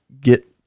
get